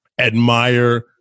admire